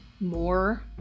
more